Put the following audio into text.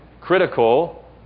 critical